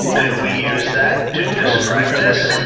and we use that to describe this?